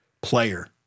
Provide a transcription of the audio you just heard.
player